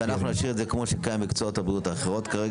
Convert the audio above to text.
אנחנו נשאיר את זה כמו שקיים במקצועות הבריאות האחרים,